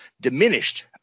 diminished